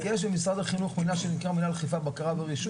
יש במשרד החינוך מנהל שנקרא מנהל אכיפה ובקרה ברישוי,